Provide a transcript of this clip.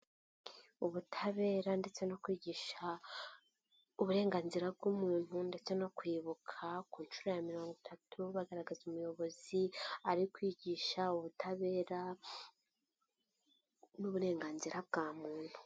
Ubutabera ndetse no kwigisha uburenganzira bw'umuntu ndetse no kwibuka ku nshuro ya mirongo itatu, bagaragaza umuyobozi ari kwigisha ubutabera n'uburenganzira bwa muntu.